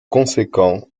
conséquent